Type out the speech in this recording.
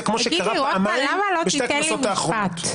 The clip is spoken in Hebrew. כמו שקרה פעמיים בשתי הכנסות האחרונות.